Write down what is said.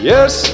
Yes